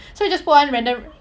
so we just put one random